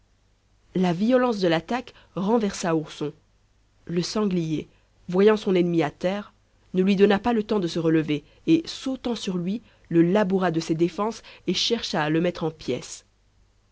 la violence de l'attaque renversa ourson le sanglier voyant son ennemi à terre ne lui donna pas le temps de se relever et sautant sur lui le laboura de ses défenses et chercha à le mettre en pièces